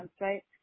right